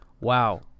wow